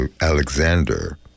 Alexander